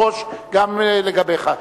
התשובה של השר היתה כבר מראש גם לגביך.